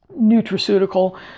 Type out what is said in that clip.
nutraceutical